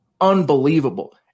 unbelievable